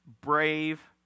brave